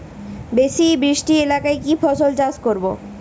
বেশি বৃষ্টি এলাকায় কি ফসল চাষ করব?